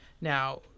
Now